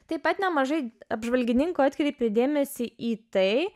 taip pat nemažai apžvalgininkų atkreipė dėmesį į tai